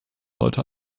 heute